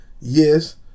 yes